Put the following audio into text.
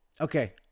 Okay